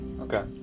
Okay